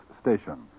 station